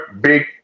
big